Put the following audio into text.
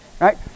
Right